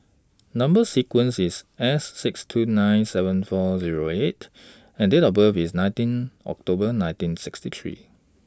Number sequence IS S six two nine seven four Zero eight and Date of birth IS nineteen October nineteen sixty three